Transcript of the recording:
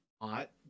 hot